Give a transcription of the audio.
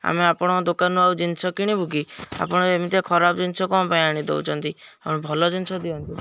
ଆମେ ଆପଣଙ୍କ ଦୋକାନରୁ ଆଉ ଜିନିଷ କିଣିବୁ କି ଆପଣ ଏମିତି ଖରାପ ଜିନିଷ କ'ଣ ପାଇଁ ଆଣି ଦେଉଛନ୍ତି ଆପଣ ଭଲ ଜିନିଷ ଦିଅନ୍ତୁ